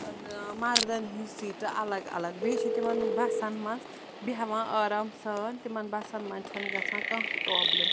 مَردَن ہِنٛز سیٖٹہٕ الگ الگ بیٚیہِ چھِ تِمَن بَسَن منٛز بیٚہوان آرام سان تِمَن بَسَن منٛز چھَنہٕ گژھان کانٛہہ پرٛابلِم